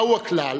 מהו הכלל,